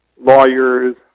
lawyers